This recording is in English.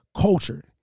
culture